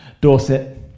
Dorset